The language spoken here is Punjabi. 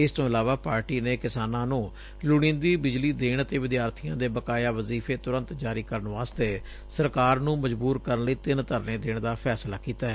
ਇਸ ਤੋਂ ਇਲਾਵਾ ਪਾਰਟੀ ਨੇ ਕਿਸਾਨਾਂ ਨੂੰ ਲੋੜੀਦੀ ਬਿਜਲੀ ਦੇਣ ਅਤੇ ਵਿਦਿਆਰਬੀਆਂ ਦੇ ਬਕਾਇਆ ਵਜ਼ੀਫੇ ਤੁਰੰਤ ਜਾਰੀ ਕਰਨ ਵਾਸਤੇ ਸਰਕਾਰ ਨੂੰ ਮਜ਼ਬੂਰ ਕਰਨ ਲਈ ਡਿੰਨ ਧਰਨੇ ਦੇਣ ਦਾ ਫੈਸਲਾ ਕੀਤੈ